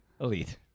Elite